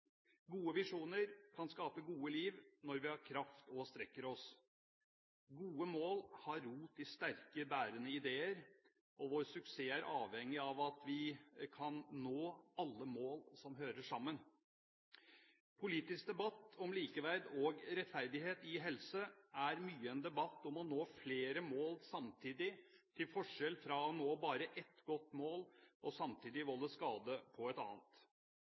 Gode visjoner kan skape gode liv når vi har kraft og strekker oss. Gode mål har rot i sterke, bærende ideer, og vår suksess er avhengig av at vi kan nå alle mål som hører sammen. Politisk debatt om likeverd og rettferdighet i helse er mye en debatt om å nå flere mål samtidig, til forskjell fra å nå bare ett godt mål og samtidig volde skade på et annet.